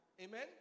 amen